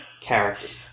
characters